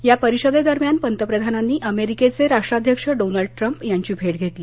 या परिषदेदरम्यान पंतप्रधानांनी अमेरिकेचे राष्ट्राध्यक्ष डोनाल्ड ट्रम्प यांची भेट घेतली